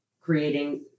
creating